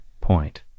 point